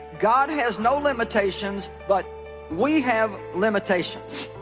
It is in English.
god has no limitations, but we have limitations